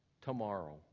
tomorrow